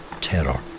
terror